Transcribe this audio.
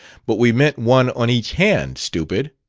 but we meant one on each hand, stupid.